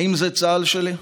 האם זה צה"ל שלי?